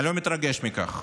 אני לא מתרגש מכך.